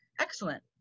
Excellent